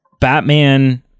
Batman